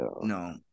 no